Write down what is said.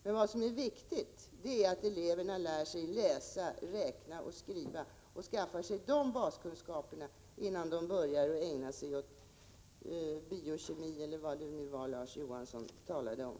Men vad som är viktigt är att eleverna lär sig läsa, räkna och skriva, så att de har baskunskaperna innan de börjar ägna sig åt biokemi och allt annat som Larz Johansson talade om.